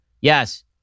Yes